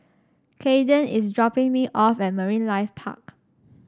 Kaeden is dropping me off at Marine Life Park